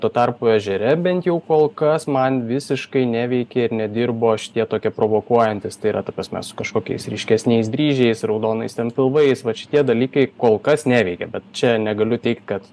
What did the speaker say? tuo tarpu ežere bent jau kol kas man visiškai neveikė ir nedirbo šitie tokie provokuojantys tai yra ta prasme su kažkokiais ryškesniais dryžiais raudonais ten pilvais vat šitie dalykai kol kas neveikia bet čia negaliu teigt kad